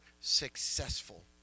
successful